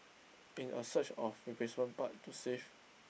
in a search of replacement part to save